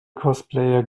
cosplayer